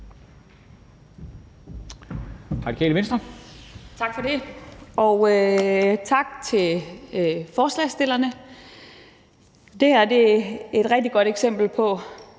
Tak for det, og tak til forslagsstillerne. Det her er et rigtig godt eksempel på,